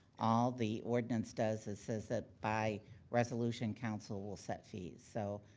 all the ordinance does is says that by resolution council will set fees. so,